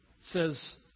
says